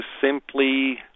simply